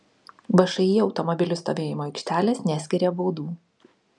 všį automobilių stovėjimo aikštelės neskiria baudų